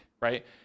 right